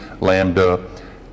Lambda